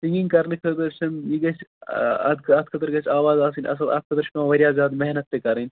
کہیٖنۍ کَرنہٕ خٲطرٕ حظ چھَنہٕ یہِ گَژھہِ اَتھ اَتھ خٲطرٕ گَژھہِ آواز آسٕنۍ اصل اَتھ خٲطرٕ چھِ پیوان واریاہ زیادٕ محنَت تہِ کَرٕنی